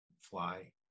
fly